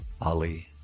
Ali